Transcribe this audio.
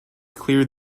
clear